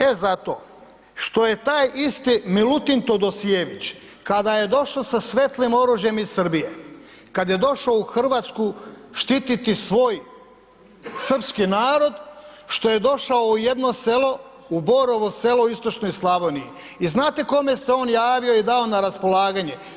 E zato, što je taj isti Milutin Todosijević, kada je došao sa svetlim oružjem iz Srbije, kad je došao u Hrvatsku štititi svoj srpski narod, što je došao u jedno selo, u Borovo Selo u istočnoj Slavoniji i znate kome se on javio i dao na raspolaganje?